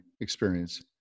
experience